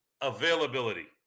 Availability